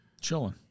chilling